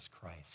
Christ